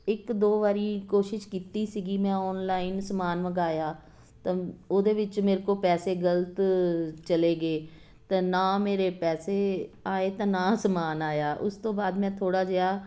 ਇੱਕ ਦੋ ਵਾਰ ਕੋਸ਼ਿਸ਼ ਕੀਤੀ ਸੀਗੀ ਮੈਂ ਓਨਲਾਈਨ ਸਮਾਨ ਮੰਗਵਾਇਆ ਤਾਂ ਉਹਦੇ ਵਿੱਚ ਮੇਰੇ ਕੋਲ ਪੈਸੇ ਗਲਤ ਚਲੇ ਗਏ ਤਾਂ ਨਾ ਮੇਰੇ ਪੈਸੇ ਆਏ ਅਤੇ ਨਾ ਸਮਾਨ ਆਇਆ ਉਸ ਤੋਂ ਬਾਅਦ ਮੈਂ ਥੋੜ੍ਹਾ ਜਿਹਾ